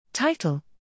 Title